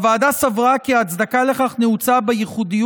הוועדה סברה כי ההצדקה לכך נעוצה בייחודיות